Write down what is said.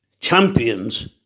champions